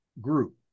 group